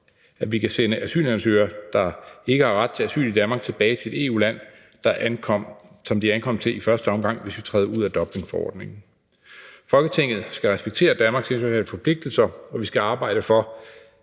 at vi kan sende asylansøgere, der ikke har ret til asyl i Danmark, tilbage til et EU-land, som de ankom til i første omgang, hvis vi træder ud af Dublinforordningen. Folketinget skal respektere Danmarks internationale forpligtelser, og vi skal arbejde for,